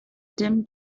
tim